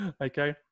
Okay